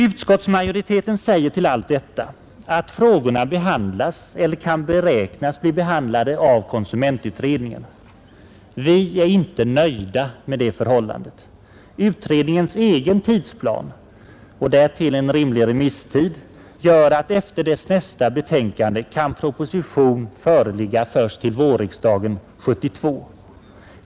Utskottsmajoriteten säger till allt detta att frågorna behandlas eller kan beräknas bli behandlade av konsumentutredningen. Vi är inte nöjda med det förhållandet. Utredningens egen tidsplan, och därtill en rimlig remisstid, gör att efter utredningens nästa betänkande kan proposition föreligga först till vårriksdagen 1972.